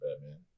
batman